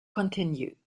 continue